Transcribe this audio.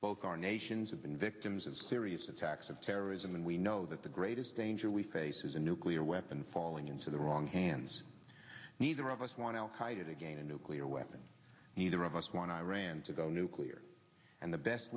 both our nations have been victims of serious attacks of terrorism and we know that the greatest danger we face is a nuclear weapon falling into the wrong hands neither of us one else hiatt again a nuclear weapon neither of us want iran to go nuclear and the best